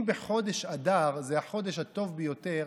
אם חודש אדר הוא החודש הטוב ביותר,